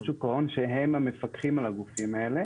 שוק ההון שהם המפקחים על הגופים האלה.